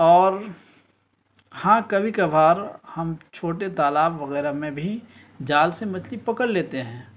اور ہاں کبھی کبھار ہم چھوٹے تالاب وغیرہ میں بھی جال سے مچھلی پکڑ لیتے ہیں